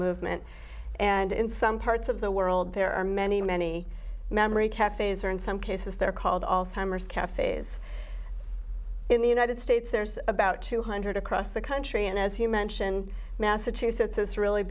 movement and in some parts of the world there are many many memory cafes or in some cases they're called also timers cafes in the united states there's about two hundred across the country and as you mentioned massachusetts is really